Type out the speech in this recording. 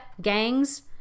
gangs